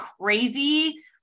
crazy